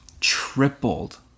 tripled